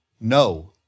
no